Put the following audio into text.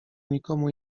nikomu